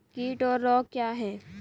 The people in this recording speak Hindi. कीट और रोग क्या हैं?